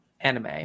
anime